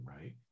Right